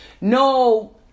no